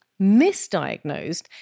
misdiagnosed